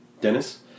Dennis